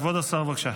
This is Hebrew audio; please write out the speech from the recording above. כבוד השר, בבקשה.